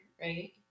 right